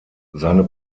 seine